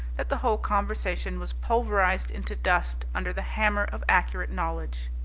that the whole conversation was pulverized into dust under the hammer of accurate knowledge.